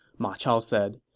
ma chao said.